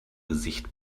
gesicht